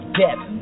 death